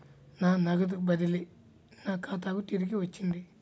నా నగదు బదిలీ నా ఖాతాకు తిరిగి వచ్చింది